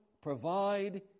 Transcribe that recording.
provide